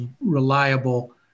reliable